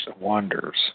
wonders